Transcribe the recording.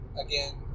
again